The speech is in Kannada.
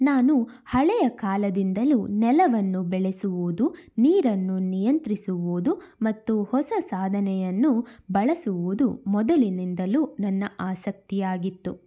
ನಾನು ಹಳೆಯ ಕಾಲದಿಂದಲೂ ನೆಲವನ್ನು ಬೆಳೆಸುವುದು ನೀರನ್ನು ನಿಯಂತ್ರಿಸುವುದು ಮತ್ತು ಹೊಸ ಸಾಧನವನ್ನು ಬಳಸುವುದು ಮೊದಲಿನಿಂದಲೂ ನನ್ನ ಆಸಕ್ತಿ ಆಗಿತ್ತು